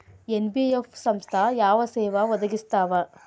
NBF ಸಂಸ್ಥಾ ಯಾವ ಸೇವಾ ಒದಗಿಸ್ತಾವ?